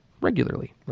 regularly